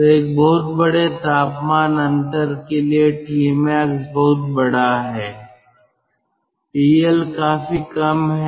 तो एक बहुत बड़े तापमान अंतर के लिए Tmax बहुत बड़ा है TL काफी कम है